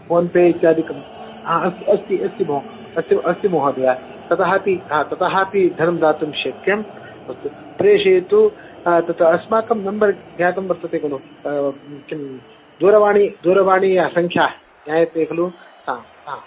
phone pay इत्यादिकं हा अस्ति अस्ति अस्ति भोः अस्ति अस्ति महोदय ततः अपि हा ततः अपि धनं दातुं शक्यं अस्तु प्रेषयतु तत् अस्माकं नम्बर् ज्ञातं वर्तते खलु किं दूरवाणी दूरवाणी या सङ्ख्या ज्ञायते खलु हा हा